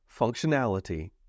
functionality